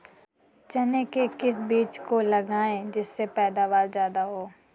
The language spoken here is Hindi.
चने के किस बीज को लगाएँ जिससे पैदावार ज्यादा हो?